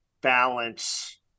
balance